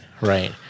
right